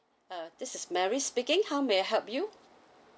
uh this is mary speaking how may I help you